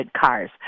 cars